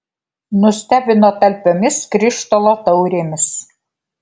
nustebino talpiomis krištolo taurėmis